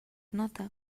nota